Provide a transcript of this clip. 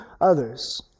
others